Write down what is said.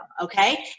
Okay